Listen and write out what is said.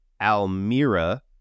Almira